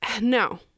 No